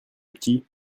petit